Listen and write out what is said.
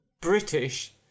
British